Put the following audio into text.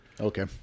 Okay